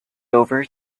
over